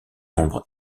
nombre